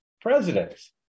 presidents